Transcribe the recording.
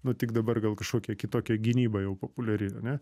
nu tik dabar gal kažkokia kitokia gynyba jau populiari ane